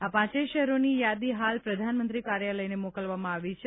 આ પાંચેય શહેરોની યાદી હાલ પ્રધાનમંત્રી કાર્યાલયને મોકલવામાં આવી છે